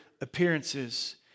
appearances